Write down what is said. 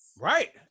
Right